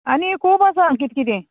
आनी खूब आसा किद किदें